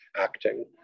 acting